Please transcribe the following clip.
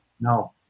No